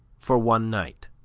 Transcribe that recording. for one night